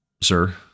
sir